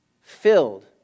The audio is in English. Filled